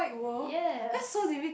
yes